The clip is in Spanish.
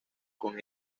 con